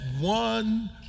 one